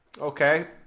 okay